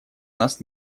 нас